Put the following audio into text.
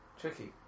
Tricky